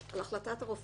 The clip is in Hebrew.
ההגדרה של רופא